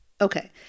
Okay